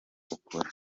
ukuri